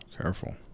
Careful